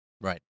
Right